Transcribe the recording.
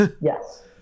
Yes